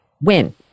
win